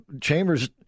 chambers